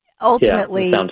ultimately